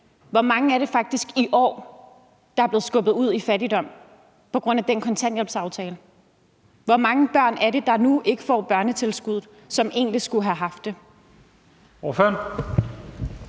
hvor mange det faktisk er der i år er blevet skubbet ud i fattigdom på grund af den kontanthjælpsaftale. Hvor mange børn er det, der nu ikke får børnetilskuddet, som egentlig skulle have haft det? Kl.